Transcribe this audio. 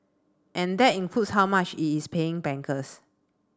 and that includes how much it is paying bankers